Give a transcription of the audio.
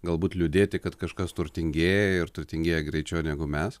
galbūt liūdėti kad kažkas turtingėja ir turtingėja greičiau negu mes